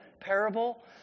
parable